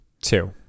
Two